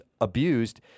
abused